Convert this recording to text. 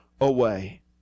away